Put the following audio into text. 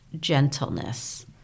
gentleness